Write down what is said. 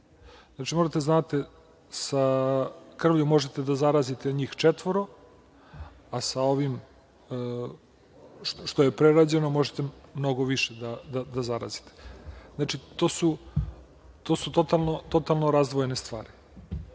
Znači, morate da znate, sa krvlju možete da zarazite njih četvoro, a sa ovim što je prerađeno možete mnogo više da zarazite. Znači, to su totalno razdvojene stvari. Mi